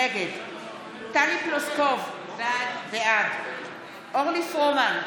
נגד טלי פלוסקוב, בעד אורלי פרומן,